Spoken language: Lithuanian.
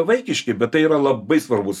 vaikiški bet tai yra labai svarbus